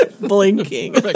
blinking